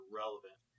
relevant